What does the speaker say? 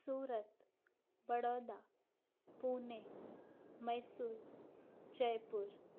Surat Baroda Pune Mysore Jaipur